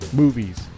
movies